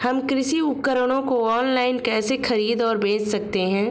हम कृषि उपकरणों को ऑनलाइन कैसे खरीद और बेच सकते हैं?